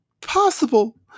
possible